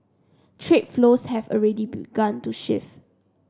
trade flows have already begun to shift